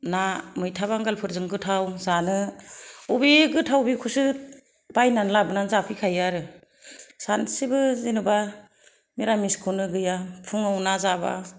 ना मैथा बांगालफोरजों गोथाव जानो बबे गोथाव बेखौसो बायनानै लाबोनानैसो जाफैखायो आरो सानसेबो जेनेबा निरामिसखौनो गैया फुङाव ना जाबा